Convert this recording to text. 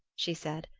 she said,